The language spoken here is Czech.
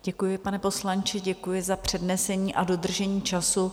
Děkuji, pane poslanče, děkuji za přednesení a dodržení času.